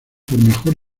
mejor